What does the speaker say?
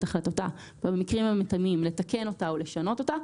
החלטתה ובמקרים המתאימים לתקן אותה או לשנות אותה.